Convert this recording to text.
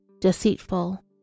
deceitful